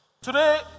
Today